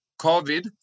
COVID